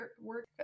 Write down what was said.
work